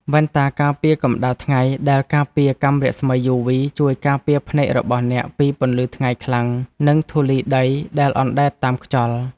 វ៉ែនតាការពារកម្ដៅថ្ងៃដែលការពារកាំរស្មីយូវី ជួយការពារភ្នែករបស់អ្នកពីពន្លឺថ្ងៃខ្លាំង និងធូលីដីដែលអណ្ដែតតាមខ្យល់។